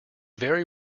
very